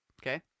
Okay